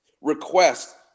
request